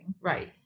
Right